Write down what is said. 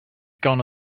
gonna